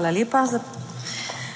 **ANDREJA